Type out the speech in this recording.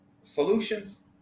solutions